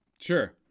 sure